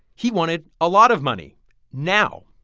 he wanted a lot of money now.